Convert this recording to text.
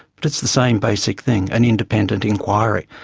but it's the same basic thing, an independent inquiry.